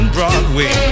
Broadway